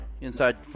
inside